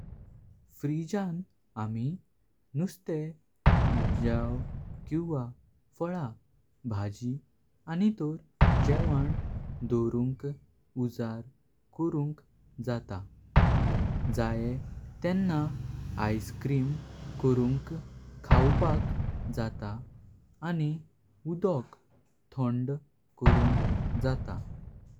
फ्रिजन आमि नुस्तें जाव किवा फळा। भाजी आनी तोर जेवण दोरुंक उजार करुंक जातां। जाय तेंना आइस क्रीम करून खातां आनी उदक थोंड करुंक जातां।